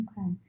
Okay